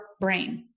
brain